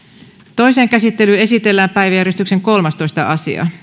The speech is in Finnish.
toiseen käsittelyyn esitellään päiväjärjestyksen kolmastoista asia